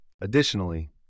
Additionally